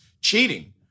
cheating